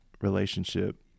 relationship